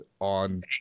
on